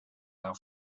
out